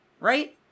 Right